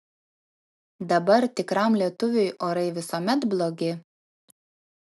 dabar tikram lietuviui orai visuomet blogi